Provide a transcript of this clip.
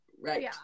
Right